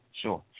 sure